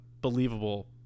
believable